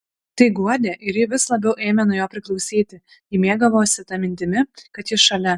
tai guodė ir ji vis labiau ėmė nuo jo priklausyti ji mėgavosi ta mintimi kad jis šalia